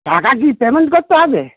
টাকা কি পেমেন্ট করতে হবে